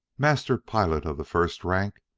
master-pilot of the first rank,